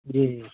जी जी